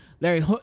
Larry